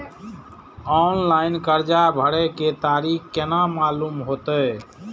Online कर्जा भरे के तारीख केना मालूम होते?